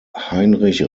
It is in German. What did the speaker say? heinrich